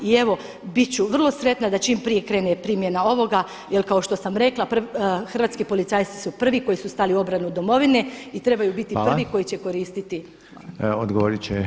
I evo bit ću vrlo sretna da čim prije krene primjena ovoga jer kao što sam rekla hrvatski policajci su prvi koji su stali u obranu domovine i trebaju biti prvi koji će koristiti.